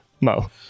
Mo